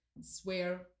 swear